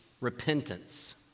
Repentance